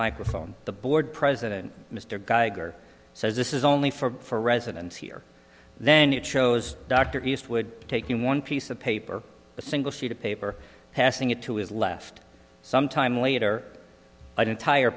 microphone the board president mr geiger says this is only for residents here then it shows dr eastwood taking one piece of paper a single sheet of paper passing it to his left some time later an entire